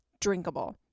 drinkable